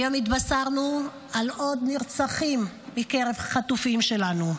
היום התבשרנו על עוד נרצחים מקרב החטופים שלנו.